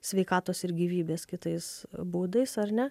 sveikatos ir gyvybės kitais būdais ar ne